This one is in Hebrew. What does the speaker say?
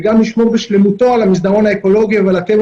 וגם לשמור בשלמותו על המסדרון האקולוגי ועל הטבע